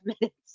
minutes